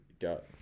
got